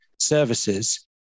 Services